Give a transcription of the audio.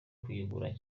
kuyigura